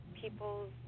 people's